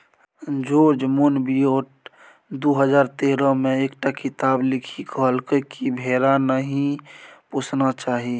George Monbiot दु हजार तेरह मे एकटा किताप लिखि कहलकै कि भेड़ा नहि पोसना चाही